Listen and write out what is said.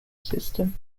system